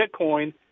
Bitcoin